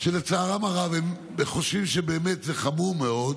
שהם חושבים שזה חמור מאוד,